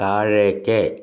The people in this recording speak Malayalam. താഴേയ്ക്ക്